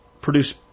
produce